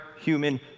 human